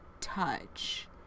touch